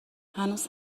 هنوز